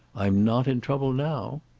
i'm not in trouble now.